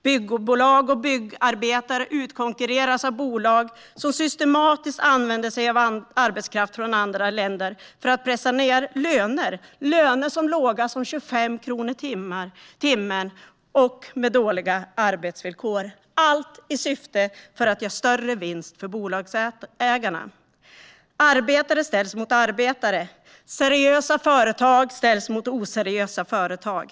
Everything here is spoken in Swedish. Byggbolag och byggarbetare utkonkurreras av bolag som systematiskt använder sig av arbetskraft från andra länder för att pressa ned löner som är så låga som 25 kronor i timmen och för att ha dåliga arbetsvillkor, allt i syfte att ge större vinst för bolagsägarna. Arbetare ställs mot arbetare. Seriösa företag ställs mot oseriösa företag.